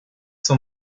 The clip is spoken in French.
son